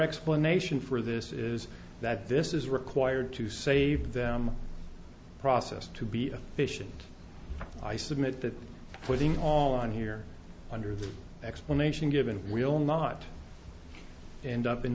explanation for this is that this is required to save them process to be a fish and i submit that putting all on here under the explanation given will not end up in